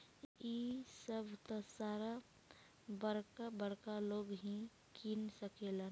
इ सभ त सारा बरका बरका लोग ही किन सकेलन